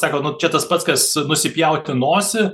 sako nu čia tas pats kas nusipjauti nosį